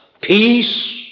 peace